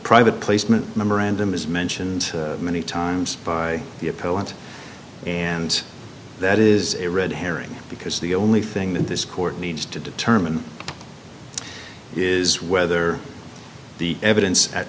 private placement memorandum is mentioned many times by the opponent and that is a red herring because the only thing that this court needs to determine is whether the evidence at